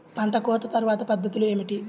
పంట కోత తర్వాత పద్ధతులు ఏమిటి?